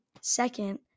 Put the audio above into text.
Second